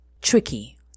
tricky